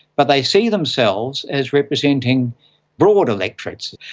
but they see themselves as representing broad electorates,